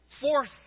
fourth